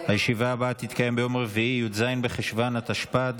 הישיבה הבאה תתקיים ביום רביעי י"ז בחשוון התשפ"ד,